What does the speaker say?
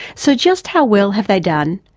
so just how well have they done?